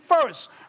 first